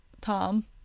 Tom